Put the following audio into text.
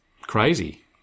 crazy